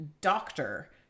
doctor